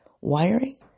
wiring